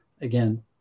again